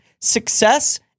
success